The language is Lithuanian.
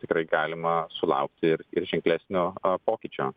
tikrai galima sulaukti ir ir ženklesnio pokyčio